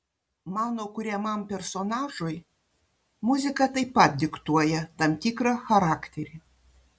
mano kuriamam personažui muzika taip pat diktuoja tam tikrą charakterį